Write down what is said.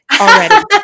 already